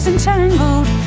entangled